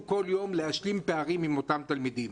כל יום להשלים פערים עם אותם תלמידים.